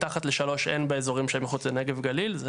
מתחת ל-3 אין באזורים שהם מחוץ לנגב גליל.